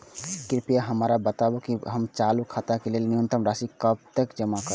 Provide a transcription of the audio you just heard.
कृपया हमरा बताबू कि हमर चालू खाता के लेल न्यूनतम शेष राशि कतेक या